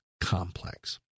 complex